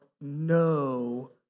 no